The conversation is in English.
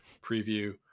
preview